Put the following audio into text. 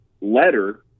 letter